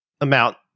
Amount